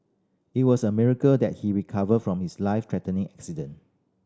it was a miracle that he recovered from his life threatening accident